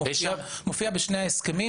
וזה מופיע בשני ההסכמים.